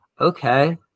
Okay